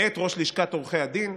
מאת ראש לשכת עורכי הדין,